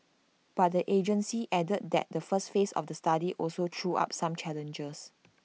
but the agency added that the first phase of the study also threw up some challenges